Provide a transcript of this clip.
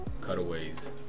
cutaways